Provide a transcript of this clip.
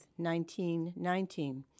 1919